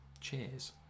Cheers